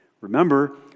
Remember